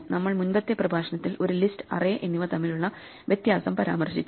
നമ്മൾ മുൻപത്തെ പ്രഭാഷണത്തിൽ ഒരു ലിസ്റ്റ് അറേ എന്നിവ തമ്മിലുള്ള വ്യത്യാസം പരാമർശിച്ചു